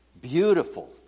Beautiful